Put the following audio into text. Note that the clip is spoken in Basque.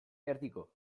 erdiko